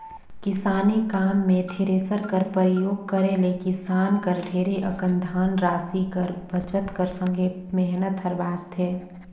किसानी काम मे थेरेसर कर परियोग करे ले किसान कर ढेरे अकन धन रासि कर बचत कर संघे मेहनत हर बाचथे